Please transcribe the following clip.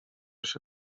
się